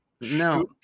no